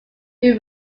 who